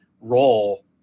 role